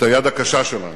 את היד הקשה שלנו.